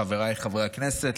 חבריי חברי הכנסת,